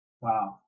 Wow